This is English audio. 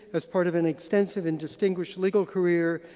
as part of an extensive and distinguished legal career,